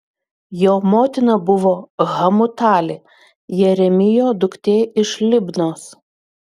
jo motina buvo hamutalė jeremijo duktė iš libnos